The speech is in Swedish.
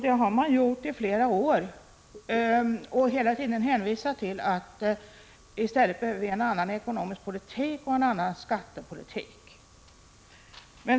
Detta har moderaterna yrkat i flera år, varje gång med hänvisning till att det behövs en annan ekonomisk politik och en annan skattepolitik.